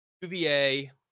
UVA